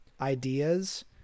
ideas